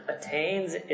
attains